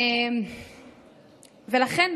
לכן,